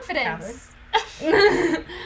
Confidence